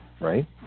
right